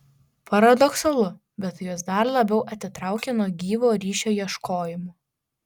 paradoksalu bet tai juos dar labiau atitraukia nuo gyvo ryšio ieškojimo